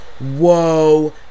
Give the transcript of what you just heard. whoa